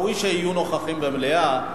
ראוי שיהיו נוכחים במליאה,